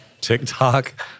TikTok